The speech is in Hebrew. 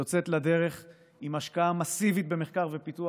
היא יוצאת לדרך עם השקעה מסיבית במחקר ופיתוח,